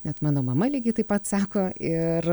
net mano mama lygiai taip pat sako ir